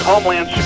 Homeland